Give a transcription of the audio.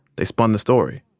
they spun the story.